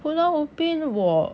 pulau ubin 我